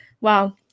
wow